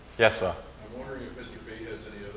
yes sir. i'm wondering if mr. b has